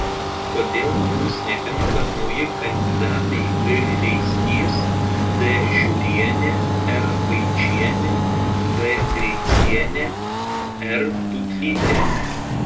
kodėl jums netinka nauji kandidatai g reisgys d žiurienė r paičienė b greicienė r tūtlytė